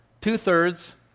Two-thirds